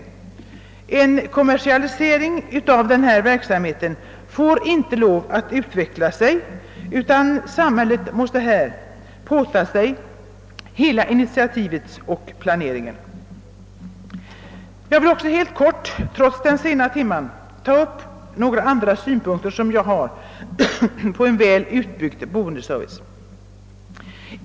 En kommersialisering av denna verksamhet får inte utvecklas, utan samhället måste här åta sig hela initiativet och planeringen. Jag vill också helt kort trots den sena timmen ta upp några andra synpunkter på en väl utbyggd boendeservice.